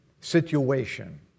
situation